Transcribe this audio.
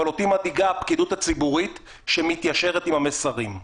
אבל אותי מדאיגה הפקידות הציבורית שמתיישרת עם המסרים.